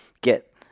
get